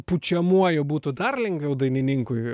pučiamuoju būtų dar lengviau dainininkui